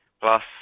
plus